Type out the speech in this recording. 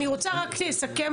ראובן, אני רוצה שתסכם.